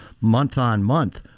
month-on-month